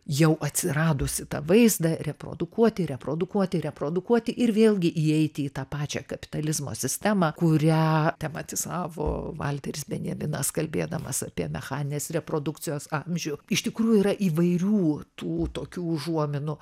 jau atsiradusi tą vaizdą reprodukuoti reprodukuoti reprodukuoti ir vėlgi įeiti į tą pačią kapitalizmo sistemą kurią tematizavo valteris benjaminas kalbėdamas apie mechaninės reprodukcijos amžių iš tikrųjų yra įvairių tų tokių užuominų